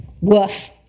Woof